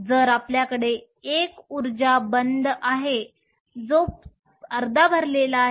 तर आपल्याकडे एक ऊर्जा बंध आहे जो अर्धा भरलेला आहे